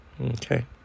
Okay